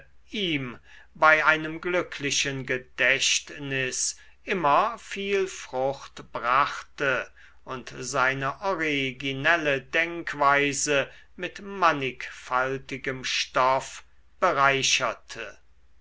ihm bei einem glücklichen gedächtnis immer viel frucht brachte und seine originelle denkweise mit mannigfaltigem stoff bereicherte